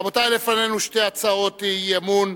רבותי, לפנינו שתי הצעות אי-אמון,